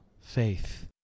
faith